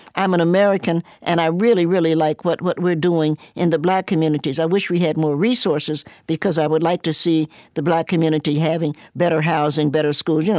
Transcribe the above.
i'm an american, and i really, really like what what we're doing in the black communities. i wish we had more resources, because i would like to see the black community having better housing, better schools, yeah